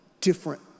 different